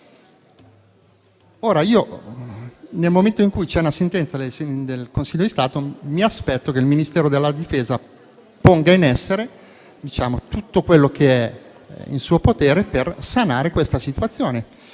stipendio. Nel momento in cui c'è una sentenza del Consiglio di Stato, io mi aspetto che il Ministero della difesa ponga in essere tutto quello che è in suo potere per sanare la situazione.